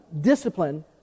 discipline